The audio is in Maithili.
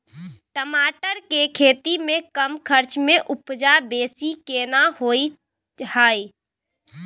टमाटर के खेती में कम खर्च में उपजा बेसी केना होय है?